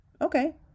Okay